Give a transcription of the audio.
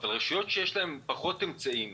אבל רשויות שיש להן פחות אמצעים